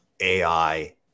AI